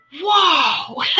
wow